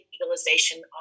legalization